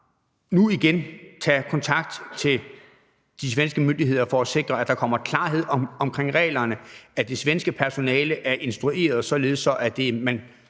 nu igen tage kontakt til de svenske myndigheder for at sikre, at der kommer klarhed om reglerne, og at det svenske personale er instrueret således, at man